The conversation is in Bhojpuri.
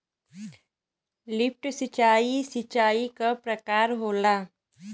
लिफ्ट सिंचाई, सिंचाई क एक प्रकार होला